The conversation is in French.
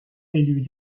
élu